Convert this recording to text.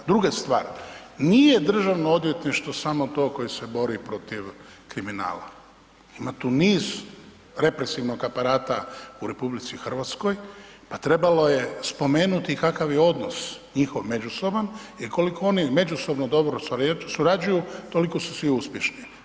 Druga stvar, nije Državno odvjetništvo samo to koje se bori protiv kriminala, ima tu niz represivnog aparata u RH pa trebalo je spomenuti kakav je odnos njihov međusoban jer koliko oni međusobno dobro surađuju, toliko su svi uspješni.